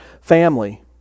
family